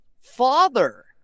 father